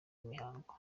mihango